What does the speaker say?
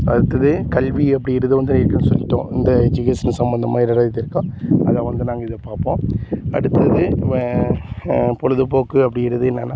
அடுத்தது கல்வி அப்படிங்கறது வந்து ஏற்கனவே சொல்லிவிட்டோம் இந்த எஜுகேஷன் சம்மந்தமாக என்னென்ன இது இருக்கோ அதை வந்து நாங்கள் இதை பார்ப்போம் அடுத்தது இப்போ பொழுதுபோக்கு அப்படிங்கறது என்னன்னா